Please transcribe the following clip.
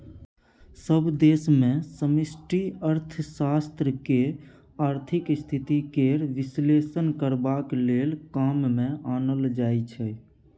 सभ देश मे समष्टि अर्थशास्त्र केँ आर्थिक स्थिति केर बिश्लेषण करबाक लेल काम मे आनल जाइ छै